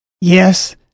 Yes